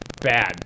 Bad